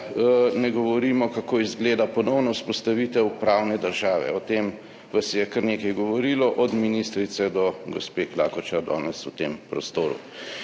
ne govorimo, kako izgleda ponovna vzpostavitev pravne države. O tem vas je kar nekaj govorilo, od ministrice do gospe Klakočar danes v tem prostoru.